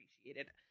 appreciated